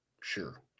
Sure